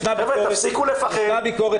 חבר'ה, תפסיקו לפחד.